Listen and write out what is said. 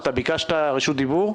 אתה ביקשת זכות דיבור?